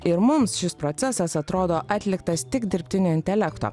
ir mums šis procesas atrodo atliktas tik dirbtinio intelekto